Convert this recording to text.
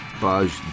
Baz